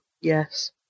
Yes